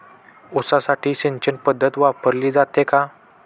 ऊसासाठी सिंचन पद्धत वापरली जाते का?